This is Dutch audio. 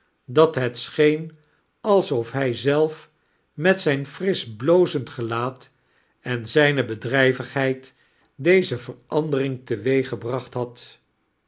dat het scheen alsof hij zelf met zijn frisch blozend gelaat en zijne bedrijvigheid deze verandering teweeggebracht had